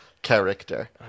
character